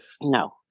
no